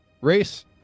race